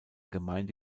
gemeinde